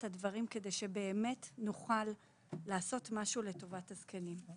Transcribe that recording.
הדברים כדי שנצליח לעשות משהו למען הזקנים.